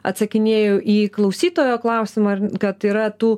atsakinėju į klausytojo klausimą arn kad yra tų